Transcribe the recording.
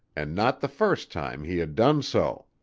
and not the first time he had done so.